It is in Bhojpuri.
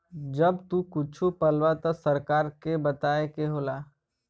जब तू कुच्छो पलबा त सरकार के बताए के होला